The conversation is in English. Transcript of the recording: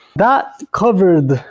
that covered,